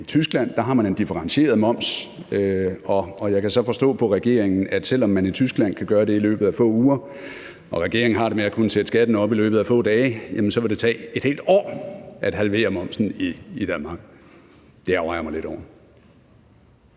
i Tyskland. Der har man en differentieret moms, og jeg kan så forstå på regeringen, at det, selv om man i Tyskland kan gøre det i løbet af få uger og regeringen har det med at kunne sætte skatten op i løbet af få dage, vil det tage et helt år at halvere momsen i Danmark. Det ærgrer jeg mig lidt over.